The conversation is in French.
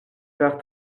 père